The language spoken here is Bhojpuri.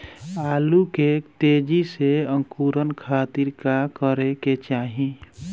आलू के तेजी से अंकूरण खातीर का करे के चाही?